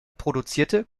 produzierte